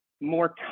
more